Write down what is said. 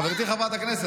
חברתי חברת הכנסת,